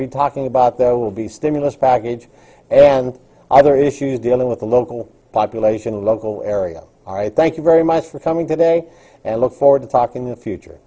to be talking about there will be stimulus package and other issues dealing with the local population and local area i thank you very much for coming today and look forward to talking in the future